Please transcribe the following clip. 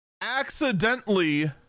accidentally